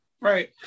right